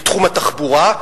מתחום התחבורה,